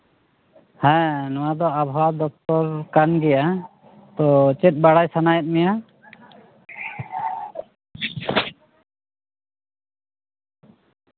ᱦᱮᱸ ᱱᱚᱣᱟ ᱫᱚ ᱟᱵᱚᱦᱟᱣᱟ ᱫᱚᱯᱛᱚᱨ ᱠᱟᱱ ᱜᱮᱭᱟ ᱛᱚ ᱪᱮᱫ ᱵᱟᱲᱟᱭ ᱥᱟᱱᱟᱭᱮᱫ ᱢᱮᱭᱟ